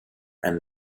and